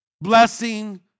blessing